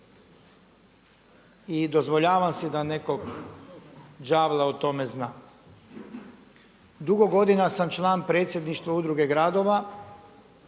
i dozvoljavam si da nekog đavla o tome znam. Dugo godina sam član predsjedništva Udruge gradova,